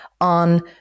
on